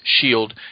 shield